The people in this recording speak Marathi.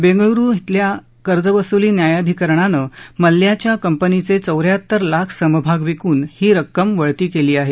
बेंगळूरू क्वेल्या कर्जवसूली न्यायधिकरणानं मल्ल्याच्या कंपनीचे चौ याहत्तर लाख समभाग विकून ही रक्कम वळती केली आहे